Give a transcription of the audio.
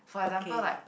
okay